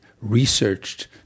researched